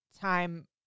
time